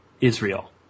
Israel